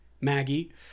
Maggie